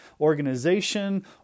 organization